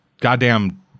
goddamn